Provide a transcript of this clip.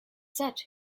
such